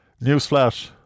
newsflash